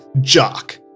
Jock